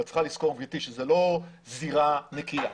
את צריכה לזכור גברתי שזאת לא זירה נקייה.